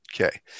Okay